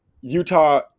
Utah